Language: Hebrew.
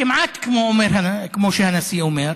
כמעט כמו שהנשיא אומר,